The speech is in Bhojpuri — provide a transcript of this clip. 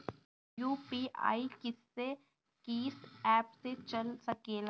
यू.पी.आई किस्से कीस एप से चल सकेला?